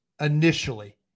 initially